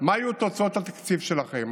מה יהיו תוצאות התקציב שלכם.